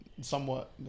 somewhat